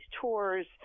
tours